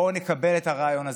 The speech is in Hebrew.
בואו נקבל את הרעיון הזה,